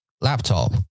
laptop